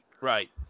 Right